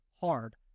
hard